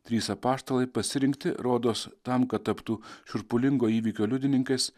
trys apaštalai pasirinkti rodos tam kad taptų šiurpulingo įvykio liudininkais